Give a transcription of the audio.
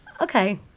Okay